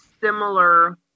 similar